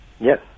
Yes